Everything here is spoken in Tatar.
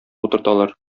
утырталар